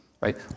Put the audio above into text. right